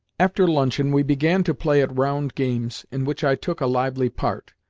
after luncheon we began to play at round games, in which i took a lively part.